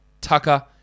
Tucker